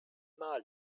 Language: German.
mali